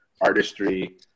artistry